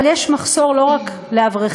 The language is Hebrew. אבל יש מחסור לא רק לאברכים,